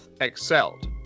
excelled